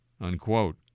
unquote